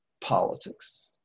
politics